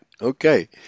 Okay